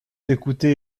t’écouter